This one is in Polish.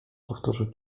powtórzył